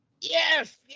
Yes